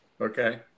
Okay